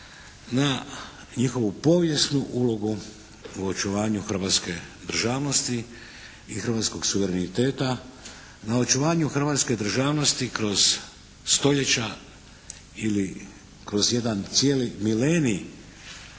na njihovu povijesnu ulogu u očuvanju hrvatske državnosti i hrvatskog suvereniteta. Na očuvanju hrvatske državnosti kroz stoljeća ili kroz jedan cijeli milenij